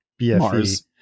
BFE